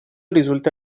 risulta